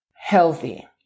healthy